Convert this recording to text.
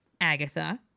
Agatha